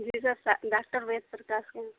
جی sir doctor Ved Prakash کے یہاں